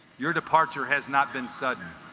your departure has not been sudden